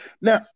Now